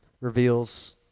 reveals